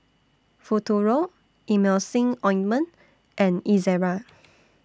Futuro Emulsying Ointment and Ezerra